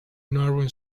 narrow